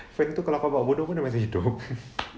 macam gitu kalau kau buat bodoh pun dia macam gitu